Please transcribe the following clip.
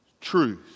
truth